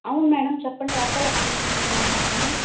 అవును మేడమ్ చెప్పండి Apollo pharmacy నుంచే మాట్లాడుతున్నాము